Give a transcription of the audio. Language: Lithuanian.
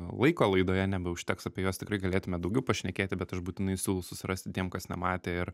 laiko laidoje nebeužteks apie juos tikrai galėtume daugiau pašnekėti bet aš būtinai siūlau susirasti tiem kas nematė ir